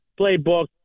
playbook